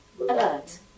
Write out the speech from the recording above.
Alert